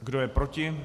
Kdo je proti?